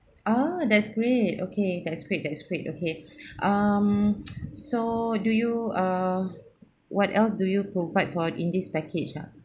ah that's great okay that's great that's great okay um so do you err what else do you provide for in this package ah